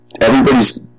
everybody's